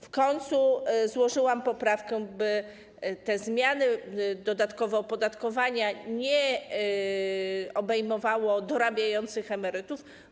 W końcu złożyłam poprawkę, by te zmiany, dodatkowe opodatkowanie, nie obejmowały dorabiających emerytów.